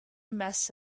mess